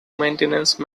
maintenance